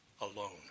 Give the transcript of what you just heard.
alone